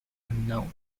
unknown